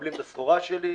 מקבלים את הסחורה שלי,